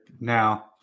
now